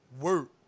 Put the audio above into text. work